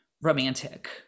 romantic